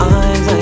eyes